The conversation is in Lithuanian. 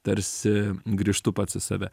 tarsi grįžtu pats į save